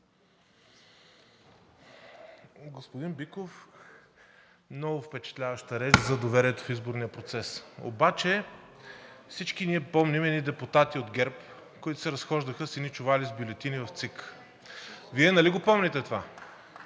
Господин Биков, много впечатляваща реч за доверието в изборния процес, обаче всички ние помним едни депутати от ГЕРБ, които се разхождаха с едни чували с бюлетини в ЦИК. (Шум и реплики от